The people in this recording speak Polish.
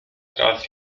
raz